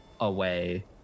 away